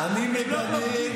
אני מגנה.